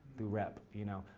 through rep, you know.